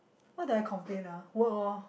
what do I complain ah work oh